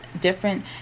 different